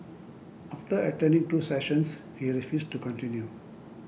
after attending two sessions he refused to continue